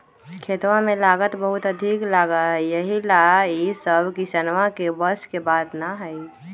खेतवा में लागत बहुत अधिक लगा हई यही ला ई सब किसनवन के बस के बात ना हई